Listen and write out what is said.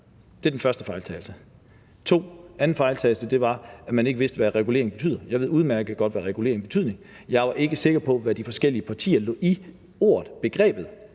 Det er den første fejlantagelse. Den anden fejlantagelse er, at vi ikke ved, hvad regulering betyder. Jeg ved udmærket godt, hvad regulering betyder. Jeg var ikke sikker på, hvad de forskellige partier lagde i ordet, begrebet